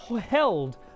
held